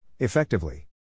Effectively